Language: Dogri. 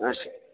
अच्छा